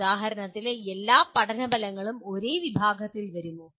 ഉദാഹരണത്തിന് എല്ലാ പഠന ഫലങ്ങളും ഒരേ വിഭാഗത്തിൽ വരുമോ